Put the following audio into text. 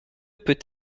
peut